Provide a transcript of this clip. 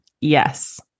Yes